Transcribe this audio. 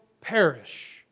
perish